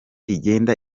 igenda